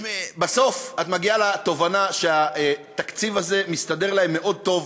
בסוף את מגיעה לתובנה שהתקציב הזה מסתדר להם מאוד טוב